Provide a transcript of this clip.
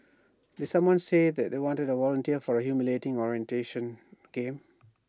did someone say that they want A volunteer for A humiliating orientation game